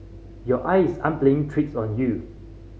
your eyes aren't playing tricks on you